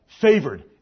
favored